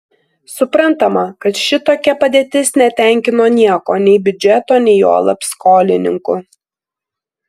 suprantama kad šitokia padėtis netenkino nieko nei biudžeto nei juolab jo skolininkų